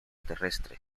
terrestre